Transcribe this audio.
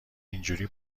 اینجوری